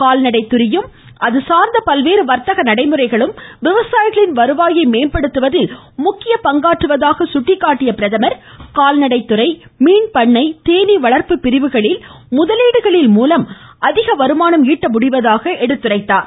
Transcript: கால்நடை துறையும் அதுசார்ந்த பல்வேறு வர்த்தக நடைமுறைகளும் விவசாயிகளின் வருவாயை மேம்படுத்துவதில் முக்கிய பங்காற்றுவதாக சுட்டிக்காட்டிய பிரதமர் கால்நடை துறை மீன்பண்ணை தேனீ வளர்ப்பு பிரிவுகளில் முதலீடுகளின் மூலம் அதிக வருமானம் ஈட்ட முடிவதாக குறிப்பிட்டார்